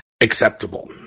acceptable